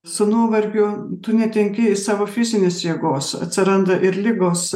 su nuovargiu tu netenki savo fizinės jėgos atsiranda ir ligos